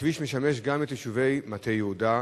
הכביש משמש גם את יישובי מטה-יהודה,